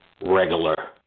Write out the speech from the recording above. regular